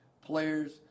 players